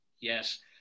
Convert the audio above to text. yes